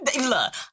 Look